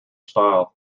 style